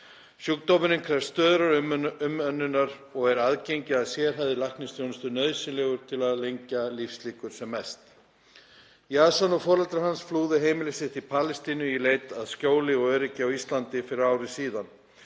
Sjúkdómurinn krefst stöðugrar umönnunar og er aðgengi að sérhæfðri læknisþjónustu nauðsynlegt til að lengja lífslíkur sem mest. Yazan og foreldrar hans flúðu heimili sitt í Palestínu í leit að skjóli og öryggi á Íslandi fyrir ári síðan.